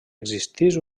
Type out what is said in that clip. existís